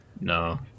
No